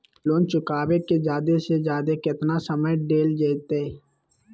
Loan चुकाबे के जादे से जादे केतना समय डेल जयते?